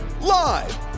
Live